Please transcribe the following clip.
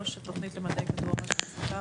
ראש התוכנית למדעי כדור הארץ והסביבה,